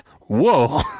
Whoa